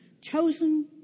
chosen